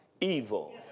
evil